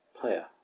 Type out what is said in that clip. player